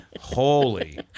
Holy